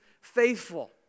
faithful